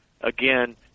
again